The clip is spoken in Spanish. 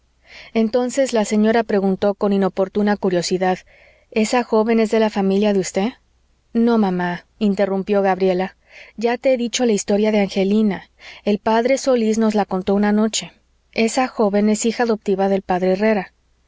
entonces la señora preguntó con inoportuna curiosidad esa joven es de la familia de usted no mamá interrumpió gabriela ya te he dicho la historia de angelina el p solís nos la contó una noche esa joven es hija adoptiva del p herrera